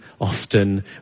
often